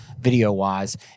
Video-wise